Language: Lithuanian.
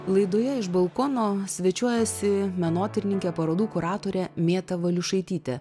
laidoje iš balkono svečiuojasi menotyrininkė parodų kuratorė mėta valiušaitytė